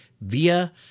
via